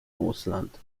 ausland